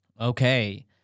Okay